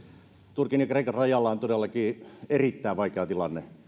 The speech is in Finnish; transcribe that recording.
turkin ja kreikan rajalla on todellakin erittäin vaikea tilanne